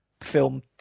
film